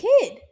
kid